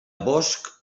bosc